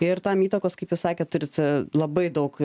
ir tam įtakos kaip jūs sakėt turite labai daug